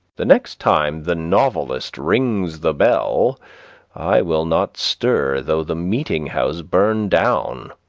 the next time the novelist rings the bell i will not stir though the meeting-house burn down.